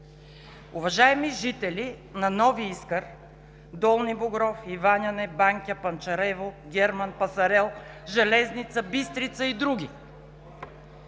Уважаеми жители на Нови Искър, Долни Богров, Иваняне, Банкя, Панчарево, Герман, Пасарел, Железница, Бистрица и други,